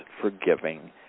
forgiving